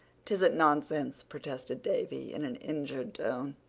tisn't nonsense, protested davy in an injured